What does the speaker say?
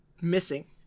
missing